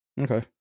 Okay